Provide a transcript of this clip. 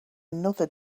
another